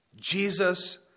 Jesus